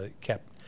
kept